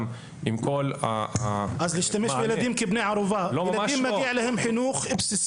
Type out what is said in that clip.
ואכן יש שם אך ורק קרוואנים צפופים.